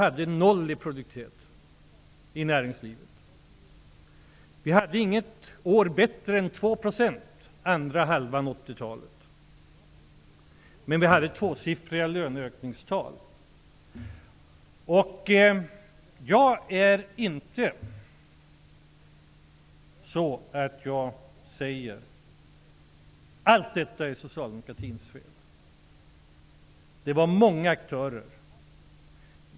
Under andra halvan av 1980-talet var inget år bättre än 2 %. Men det var tvåsiffriga löneökningstal. Jag säger inte att allt detta är socialdemokratins fel. Där fanns många aktörer.